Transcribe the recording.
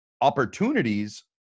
opportunities